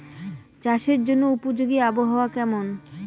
চাষের জন্য উপযোগী আবহাওয়া কেমন?